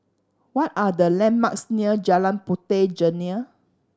what are the landmarks near Jalan Puteh Jerneh